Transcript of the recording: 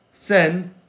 send